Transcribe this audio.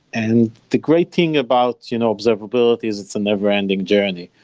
and the great thing about you know observability is it's a never-ending journey.